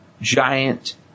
giant